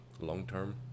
long-term